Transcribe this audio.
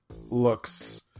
looks